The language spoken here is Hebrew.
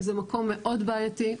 זה מקום מאוד בעייתי,